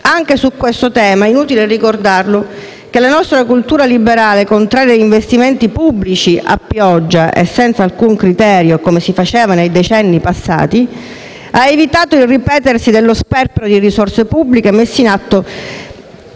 Anche su questo tema, inutile ricordarlo, la nostra cultura liberale, contraria ad investimenti pubblici a pioggia e senza alcun criterio, ha evitato il ripetersi dello sperpero di risorse pubbliche messo in atto